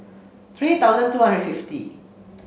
three thousand two hundred fifty